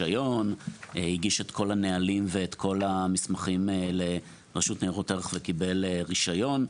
הגיש את כל הנהלים ואת כל המסמכים לרשות ניירות ערך וקיבל רישיון.